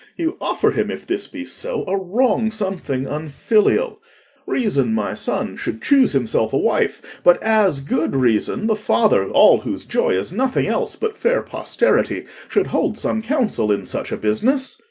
you offer him, if this be so, a wrong something unfilial reason my son should choose himself a wife but as good reason the father all whose joy is nothing else but fair posterity should hold some counsel in such a business.